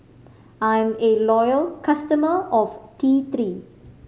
I'm a loyal customer of T Three